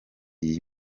iyi